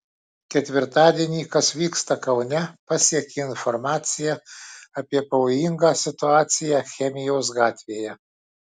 ketvirtadienį kas vyksta kaune pasiekė informacija apie pavojingą situaciją chemijos gatvėje